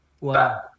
Wow